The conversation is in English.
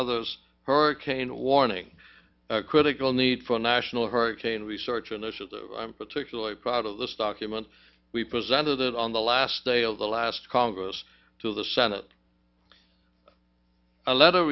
others hurricane warning critical need for national hurricane research initiative particularly proud of this document we presented on the last day of the last congress to the senate a letter